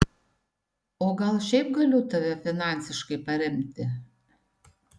o gal šiaip galiu tave finansiškai paremti